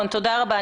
תודה רבה.